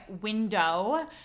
window